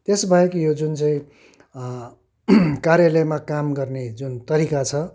त्यसबाहेक यो जुन चाहिँ कार्यलयमा काम गर्ने जुन तरिका छ